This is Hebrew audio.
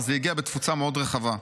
אז זה הגיע בתפוצה מאוד רחבה.